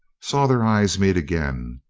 saw their eyes meet again,